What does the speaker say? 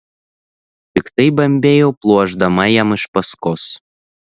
piktai bambėjau pluošdama jam iš paskos